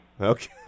Okay